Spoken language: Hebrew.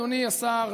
אדוני השר,